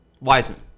Wiseman